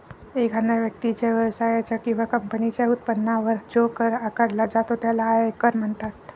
एखाद्या व्यक्तीच्या, व्यवसायाच्या किंवा कंपनीच्या उत्पन्नावर जो कर आकारला जातो त्याला आयकर म्हणतात